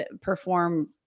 perform